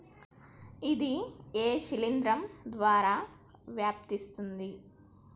ఇది ఏ శిలింద్రం ద్వారా వ్యాపిస్తది?